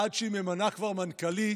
עד שהיא כבר ממנה מנכ"לית,